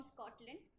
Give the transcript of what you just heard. Scotland